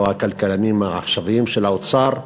או הכלכלנים העכשוויים של האוצר,